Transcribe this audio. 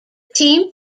team